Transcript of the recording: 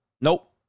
nope